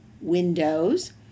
windows